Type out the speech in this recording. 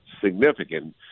significant